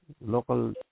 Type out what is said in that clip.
local